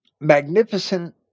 magnificent